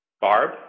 Barb